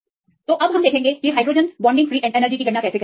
तो कैसे करें अगर हाइड्रोजन बॉन्डिंग फ्री एनर्जी है